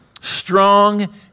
strong